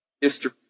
history